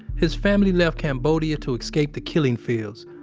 his family left cambodia to escape the killing fields,